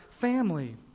family